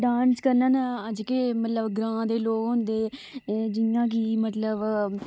dance करना ना अज्ज केह् मतलब ग्रांऽ दे लोग होंदे जि'यां कि मतलब